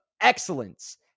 excellence